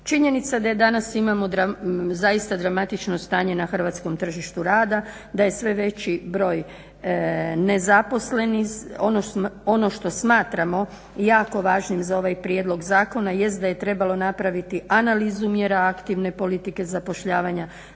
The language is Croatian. Činjenica da danas imamo zaista dramatično stanje na hrvatskom tržištu rada, da je sve veći broj nezaposlenih. Ono što smatramo jako važnim za ovaj prijedlog zakona jest da je trebalo napraviti analizu mjera aktivne politike zapošljavanja,